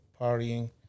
partying